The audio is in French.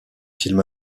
film